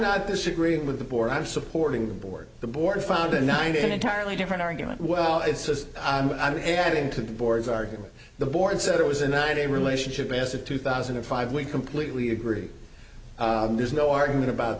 not disagreeing with the board i'm supporting the board the board found a nine to an entirely different argument well it's just i'm heading to the board's argument the board said it was a night a relationship is of two thousand and five we completely agree there's no argument about